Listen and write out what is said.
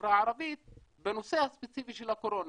בחברה הערבית בנושא הספציפי של הקורונה.